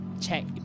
Check